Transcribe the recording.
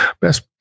Best